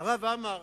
הרב עמאר,